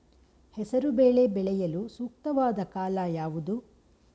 ಹೆಸರು ಬೇಳೆ ಬೆಳೆಯಲು ಸೂಕ್ತವಾದ ಕಾಲ ಯಾವುದು?